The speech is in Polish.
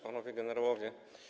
Panowie Generałowie!